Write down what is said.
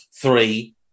three